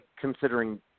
considering